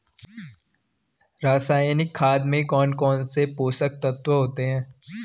रासायनिक खाद में कौन कौन से पोषक तत्व होते हैं?